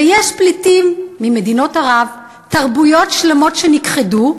ויש פליטים ממדינות ערב, תרבויות שלמות שנכחדו,